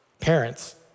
parents